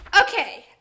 Okay